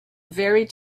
very